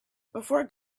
before